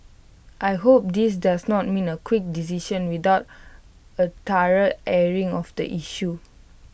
I hope this does not mean A quick decision without A thorough airing of the issue